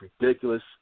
ridiculous